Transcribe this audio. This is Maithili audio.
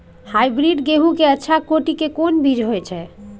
हाइब्रिड गेहूं के अच्छा कोटि के कोन बीज होय छै?